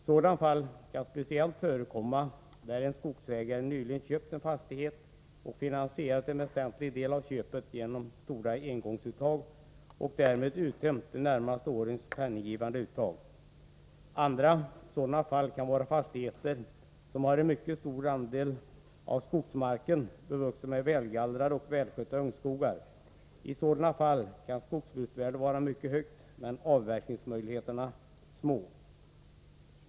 Sådana fall kan speciellt förekomma där en skogsägare nyligen köpt en fastighet och finansierat en väsentlig del av köpet genom stora engångsuttag och därmed uttömt de närmaste årens penninggivande uttag. Andra sådana fall kan vara fastigheter som har en mycket stor andel av skogsmarken bevuxen med välgallrade och välskötta ungskogar. I sådana fall kan skogsbruksvärdet vara mycket högt men avverkningsmöjligheterna små.